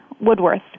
Woodworth